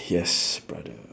yes brother